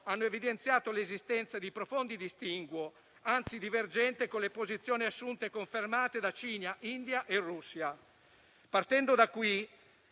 hanno evidenziato l'esistenza di profondi distinguo, anzi divergenze con le posizioni assunte e confermate da Cina, India e Russia. Partendo da qui,